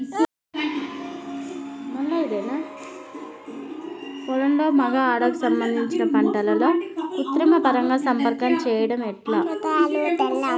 పొలంలో మగ ఆడ కు సంబంధించిన పంటలలో కృత్రిమ పరంగా సంపర్కం చెయ్యడం ఎట్ల?